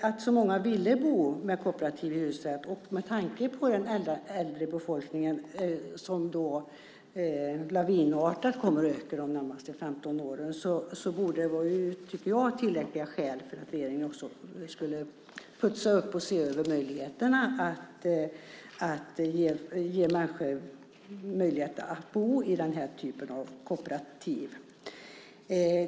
Att så många ville bo i kooperativ hyresrätt, och med tanke på den äldre befolkningen, som kommer att öka lavinartat de närmaste 15 åren, borde det, tycker jag, vara tillräckliga skäl för regeringen att putsa upp och se över möjligheterna att ge människor chansen att bo i den här typen av kooperativ.